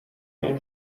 این